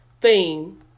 Theme